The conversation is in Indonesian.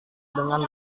dengan